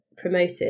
promoted